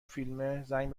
فیلم، زنگ